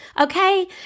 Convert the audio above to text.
okay